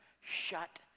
shut